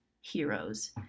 heroes